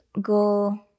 go